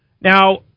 Now